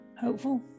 hopeful